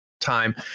time